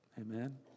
Amen